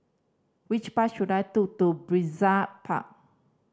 which bus should I to Brizay Park